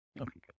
Okay